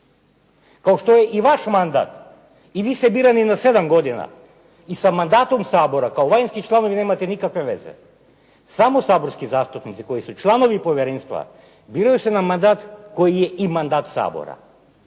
Kao što je i vaš mandat i vi ste birani na 7 godina i sa mandatom Sabora kao vanjski članovi nemate nikakve veze. Samo saborski zastupnici koji su članovi povjerenstva, biraju se na mandat koji je i mandat Sabora.